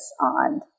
on